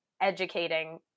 educating